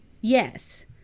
Yes